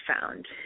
found